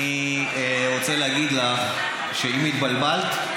אני רוצה להגיד לך שאם התבלבלת,